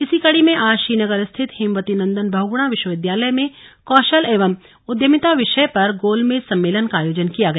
इसी कड़ी में आज श्रीनगर स्थित हेमवती नंदन बहुगुणा विश्वविद्यालय में कौशल एवं उद्यमिता विषय पर गोलमेज सम्मेलन का आयोजन किया गया